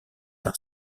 par